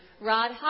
Rod